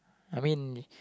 I mean